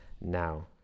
now